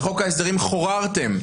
בחוק ההסדרים חוררתם,